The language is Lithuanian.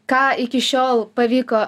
ką iki šiol pavyko